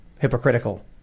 hypocritical